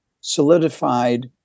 solidified